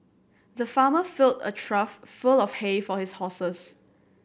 the farmer filled a trough full of hay for his horses